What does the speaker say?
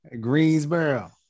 Greensboro